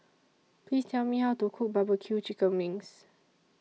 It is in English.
Please Tell Me How to Cook Barbecue Chicken Wings